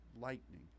lightning